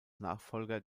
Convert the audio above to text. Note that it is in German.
nachfolger